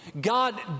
God